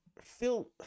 Phil